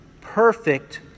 perfect